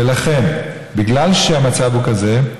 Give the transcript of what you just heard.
ולכן, בגלל שהמצב הוא כזה,